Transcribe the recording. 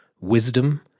wisdom